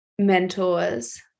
mentors